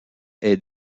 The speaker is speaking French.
est